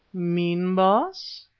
mean, baas?